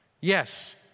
yes